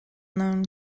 known